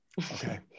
Okay